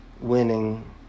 winning